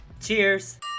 Cheers